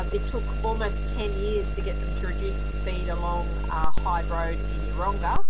um it took almost ten years to get them to reduce the speed along hyde road in yeronga